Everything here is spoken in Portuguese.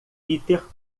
peter